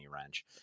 Wrench